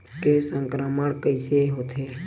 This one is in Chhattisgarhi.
के संक्रमण कइसे होथे?